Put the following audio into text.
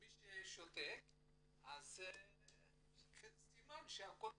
מי ששותק, אז סימן שהכול בסדר,